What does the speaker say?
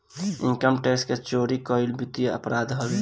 income tax के चोरी कईल वित्तीय अपराध हवे